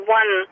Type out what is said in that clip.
one